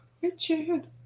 Richard